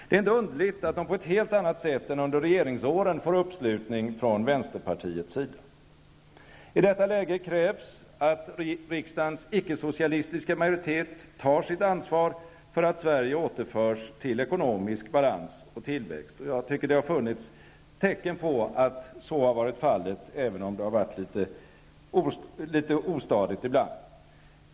Det är inte underligt att de på ett helt annat sätt än under regeringsåren får uppslutning från vänsterpartiets sida. I detta läge krävs det att riksdagens ickesocialistiska majoritet tar sitt ansvar för att Sverige återförs till ekonomisk balans och tillväxt. Jag tycker att det har funnits tecken på att så har varit fallet, även om det ibland varit litet ostadigt.